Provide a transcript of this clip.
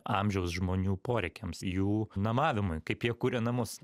amžiaus žmonių poreikiams jų namavimui kaip jie kuria namus